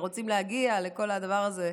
ורוצים להגיע לכל הדבר הזה.